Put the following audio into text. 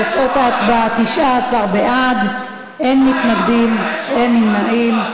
תוצאות ההצבעה: 19 בעד, אין מתנגדים, אין נמנעים.